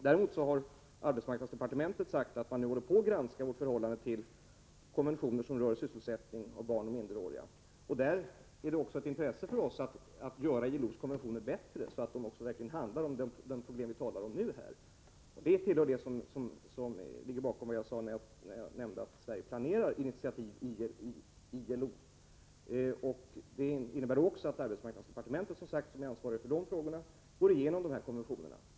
Däremot har arbetsmarknadsdepartementet sagt att man håller på att granska vårt förhållande till konventioner som rör sysselsättning av barn och minderåriga. Det är ett intresse för oss att göra ILO:s konventioner bättre, så att de verkligen handlar om de problem vi talar om nu. Det är vad som ligger bakom Sveriges planer på initiativ i ILO. Det innebär också att arbetsmarknadsdepartementet, som är ansvarigt för dessa frågor, går igenom konventionerna.